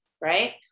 Right